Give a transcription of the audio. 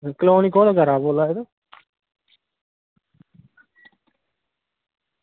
colony दा कुन करा दा बोल्ला दे तुस